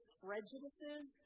prejudices